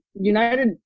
United